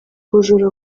ubujura